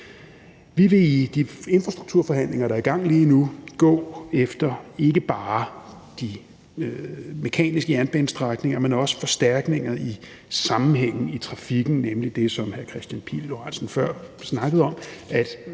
Vi vil i de infrastrukturforhandlinger, der er i gang lige nu, gå efter, ikke bare de mekaniske jernbanestrækninger, men også forstærkninger i sammenhængen i trafikken, nemlig det, som hr. Kristian Pihl Lorentzen før snakkede om, at